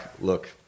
look